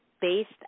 based